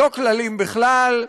לא כללים בכלל.